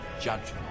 judgment